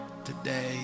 today